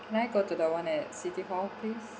can I go to the one at city hall please